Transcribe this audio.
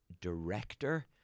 director